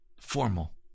formal